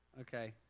Okay